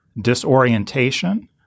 disorientation